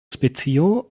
specio